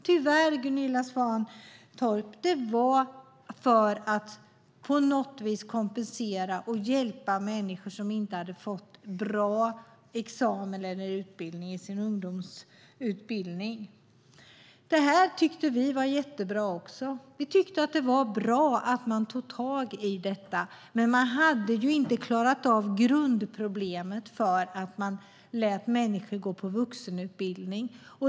Tyvärr, Gunilla Svantorp, var det för att på något vis kompensera och hjälpa människor som inte hade fått en bra examen eller utbildning i sin ungdomsskola. Det här tyckte vi också var jättebra. Vi tyckte att det var bra att man tog tag i detta, men man hade ju inte klarat av grundproblemet för att man lät människor gå på vuxenutbildning.